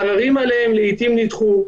העררים האלה הם לעתים נדחו,